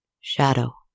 shadow